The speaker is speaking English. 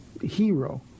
hero